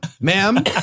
ma'am